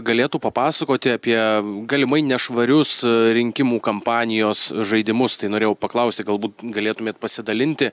galėtų papasakoti apie galimai nešvarius rinkimų kampanijos žaidimus tai norėjau paklausti galbūt galėtumėt pasidalinti